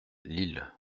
lille